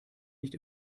nicht